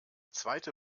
zweite